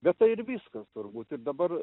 vieta ir viskas turbūt ir dabar